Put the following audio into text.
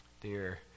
Dear